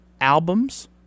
albums